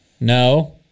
no